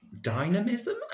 dynamism